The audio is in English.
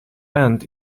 end